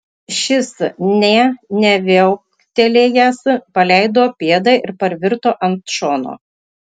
šis nė neviauktelėjęs paleido pėdą ir parvirto ant šono